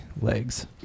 legs